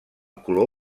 color